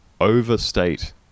overstate